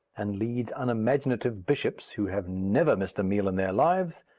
and leads unimaginative bishops, who have never missed a meal in their lives,